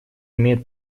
имеет